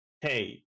hey